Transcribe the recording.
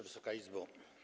Wysoka Izbo!